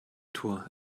tour